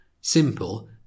Simple